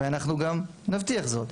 ואנחנו גם נבטיח זאת,